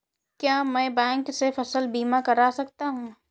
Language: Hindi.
क्या मैं बैंक से फसल बीमा करा सकता हूँ?